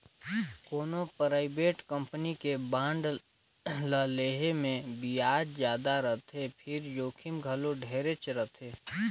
कोनो private company के bond ल लेहे मे बियाज जादा रथे फिर जोखिम घलो ढेरेच रथे